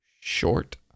Short